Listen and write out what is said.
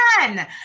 again